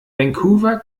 vancouver